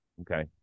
okay